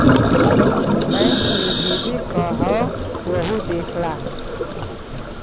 bank मे भेजे क हौ वहु देख ला